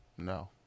No